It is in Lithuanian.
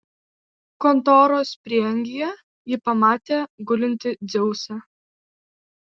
kontoros prieangyje ji pamatė gulintį dzeusą